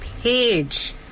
page